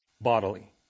bodily